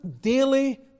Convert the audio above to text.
daily